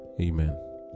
Amen